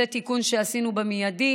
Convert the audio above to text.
זה תיקון שעשינו מייד,